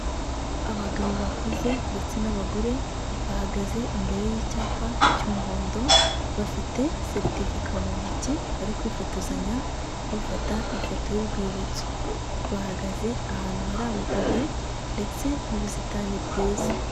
Abagabo bakuze ndetse n'abagore bahagaze imbere y'icyapa cy'umuhondo, bafite seritifika mu ntoki bari kwifotozanya bafata ifoto y'urwibutso, bahagaze ahantu hari amapave ndetse n'ubusitani bwiza.